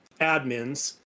admins